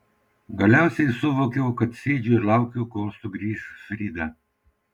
galiausiai suvokiau kad sėdžiu ir laukiu kol sugrįš frida